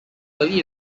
early